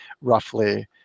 roughly